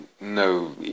no